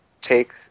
take